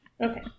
okay